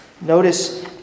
Notice